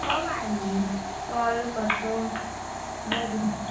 कब आएंगी कल परसो दस दिन बाद